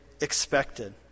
expected